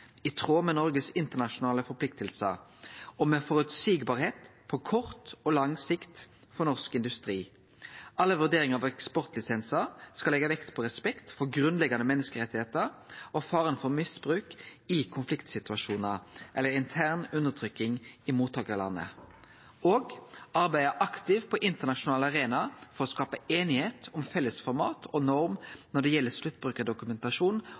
i tråd med Noreg sine internasjonale forpliktingar, og som er føreseieleg på kort og lang sikt for norsk industri. Alle vurderingar av eksportlisensar skal leggje vekt på respekt for grunnleggjande menneskerettar og faren for misbruk i konfliktsituasjonar eller intern undertrykking i mottakarlandet. Arbeide aktivt på internasjonale arenaer for å skape semje om felles format og norm når det gjeld